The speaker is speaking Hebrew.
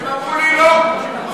הם אמרו לי: לא.